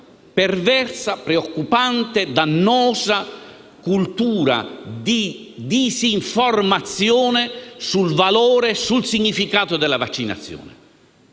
perversa, preoccupante e dannosa cultura di disinformazione sul valore e sul significato della vaccinazione.